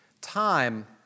Time